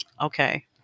Okay